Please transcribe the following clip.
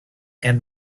and